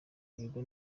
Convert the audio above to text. ibigo